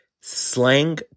slang